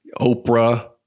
Oprah